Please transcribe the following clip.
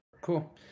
Cool